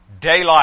daylight